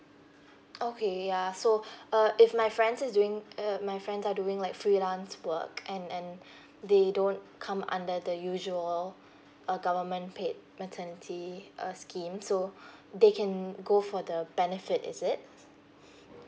okay yeah so uh if my friend is doing err my friends are doing like freelance work and and they don't come under the usual uh government paid maternity uh scheme so they can go for the benefit is it